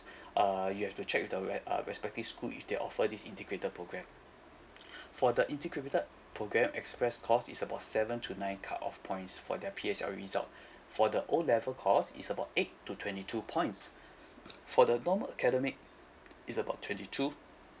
uh you have to check with the re~ uh respective school if they offer this integrated program for the integrated program express course is about seven to nine cut off points for their P_S_L_E result for the O level course it's about eight to twenty two points for the normal academic it's about twenty two